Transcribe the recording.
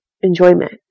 enjoyment